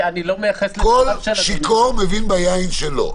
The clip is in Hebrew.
סוג מסוים של עסקאות,